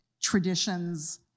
traditions